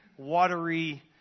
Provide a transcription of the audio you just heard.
watery